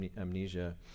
amnesia